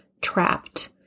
trapped